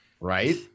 Right